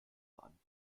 fahren